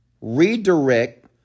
redirect